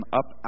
up